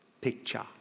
picture